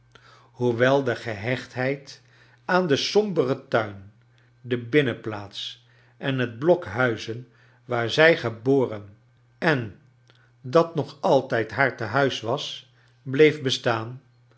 hoewel de gehechtheid aan den somberen tuin de binnenplaats en het blok huizen waar zij geboren en dat nog altijd haar tenuis was bleef best aan